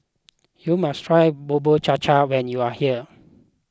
you must try Bubur Cha Cha when you are here